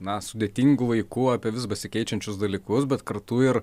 na sudėtingų vaikų apie vis besikeičiančius dalykus bet kartu ir